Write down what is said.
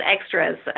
extras